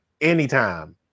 anytime